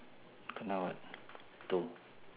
kena what tow